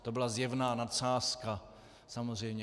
To byla zjevná nadsázka, samozřejmě.